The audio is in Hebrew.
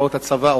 הוראות הצבא,